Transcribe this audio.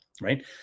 right